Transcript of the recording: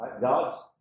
God's